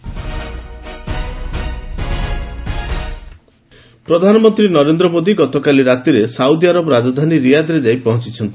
PM visit ପ୍ରଧାନମନ୍ତ୍ରୀ ନରେନ୍ଦ୍ର ମୋଦୀ ଗତକାଲି ରାତିରେ ସାଉଦି ଆରବ ରାଜଧାନୀ ରିଆଦ୍ରେ ଯାଇ ପହଞ୍ଚିଛନ୍ତି